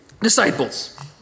disciples